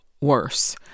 worse